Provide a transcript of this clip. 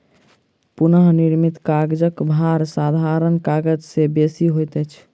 पुनःनिर्मित कागजक भार साधारण कागज से बेसी होइत अछि